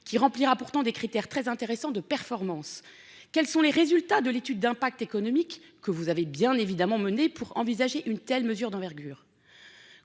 Qui remplira pourtant des critères très intéressant de performances, quels sont les résultats de l'étude d'impact économique que vous avez bien évidemment mener pour envisager une telle mesure d'envergure.